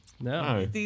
No